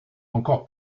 encore